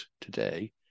today